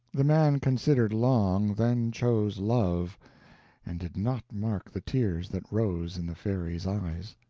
the man considered long, then chose love and did not mark the tears that rose in the fairy's eyes.